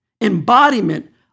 embodiment